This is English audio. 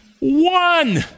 One